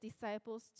disciples